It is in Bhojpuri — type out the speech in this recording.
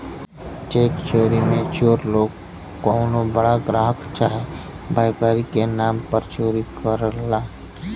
चेक चोरी मे चोर लोग कउनो बड़ा ग्राहक चाहे व्यापारी के नाम पर चोरी करला